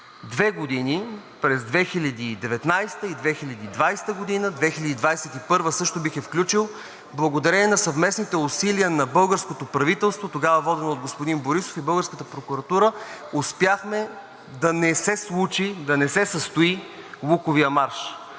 две години през 2019 г. и 2020 г., 2021 г. също бих я включил, благодарение на съвместните усилия на българското правителство, тогава водено от господин Борисов, и българската прокуратура успяхме да не се случи, да не се състои Луковият марш.